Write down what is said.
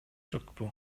жокпу